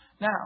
Now